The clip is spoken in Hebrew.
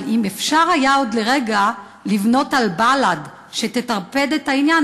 אבל אם אפשר היה עוד לרגע לבנות על בל"ד שתטרפד את העניין,